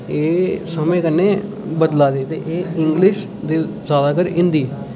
एह् समें कन्नै बदलै दे ते एह् इंग्लिश ते ज्यादातर हिंदी